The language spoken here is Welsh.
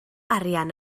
arian